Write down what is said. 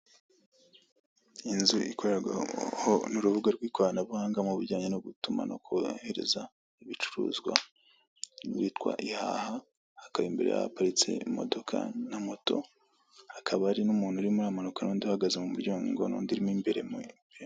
Inzu ikorerwaho n'urubuga rw'ikoranabuhanga mu bijyanye no gutuma no korohereza ibicuruzwa, rwitwa ihaha, hakaba imbere haparitse imodoka na moto, hakaba hari n'umuntu urimo uramanuka n'undi uhagaze mu muryango n'undi urimo imbere mu...